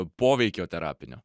poveikio terapinio